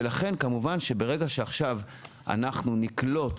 ולכן כמובן שברגע שעכשיו אנחנו נקלוט